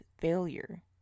failure